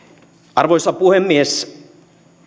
arvoisa puhemies